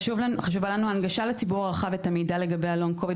חשובה לנו הנגשת המידע לציבור הרחב לגבי הלונג קוביד,